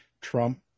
Trump